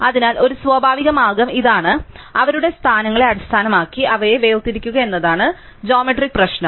അതിനാൽ ഒരു സ്വാഭാവിക മാർഗ്ഗം ഇതാണ് അവരുടെ സ്ഥാനങ്ങളെ അടിസ്ഥാനമാക്കി അവയെ വേർതിരിക്കുക എന്നതാണ് ജോമെട്രിക് പ്രശ്നം